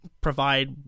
provide